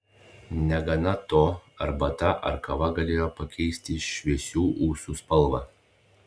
negana to arbata ar kava galėjo pakeisti šviesių ūsų spalvą